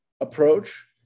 approach